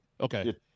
okay